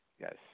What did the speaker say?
Yes